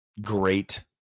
Great